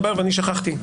שכחתי,